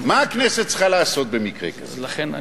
מה הכנסת צריכה לעשות במקרה כזה?